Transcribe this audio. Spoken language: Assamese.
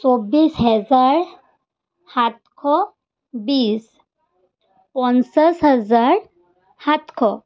চৌব্বিছ হেজাৰ সাতশ বিছ পঞ্চাছ হাজাৰ সাতশ